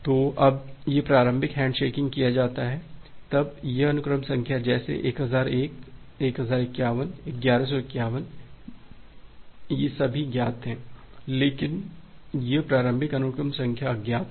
तो जब यह प्रारंभिक हैंडशेकिंग किया जाता है तब यह अनुक्रम संख्या जैसे 1001 1051 1151 ये सभी ज्ञात हैं लेकिन यह प्रारंभिक अनुक्रम संख्या अज्ञात है